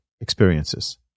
experiences